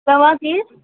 तव्हां केरु